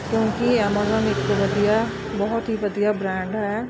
ਕਿਉਂਕਿ ਐਮਾਜ਼ੋਨ ਇੱਕ ਵਧੀਆ ਬਹੁਤ ਹੀ ਵਧੀਆ ਬ੍ਰੈਂਡ ਹੈ